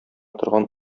торган